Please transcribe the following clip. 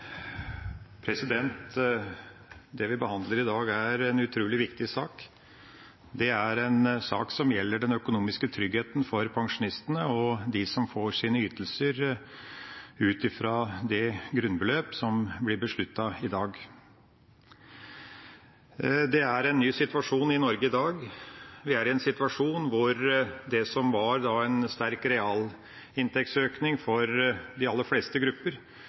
omme. Det vi behandler i dag, er en utrolig viktig sak. Det er en sak som gjelder den økonomiske tryggheten for pensjonistene og for dem som får sine ytelser ut fra det grunnbeløp som blir besluttet i dag. Det er en ny situasjon i Norge i dag. Vi er i en situasjon hvor det som var en sterk realinntektsøkning for de aller fleste grupper,